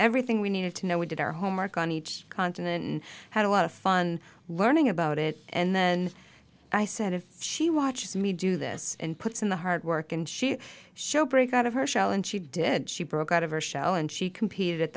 everything we needed to know we did our homework on each continent and had a lot of fun learning about it and then i said if she watches me do this and puts in the hard work and she shall break out of her shell and she did she broke out of her shell and she competed at